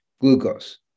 glucose